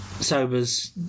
Sobers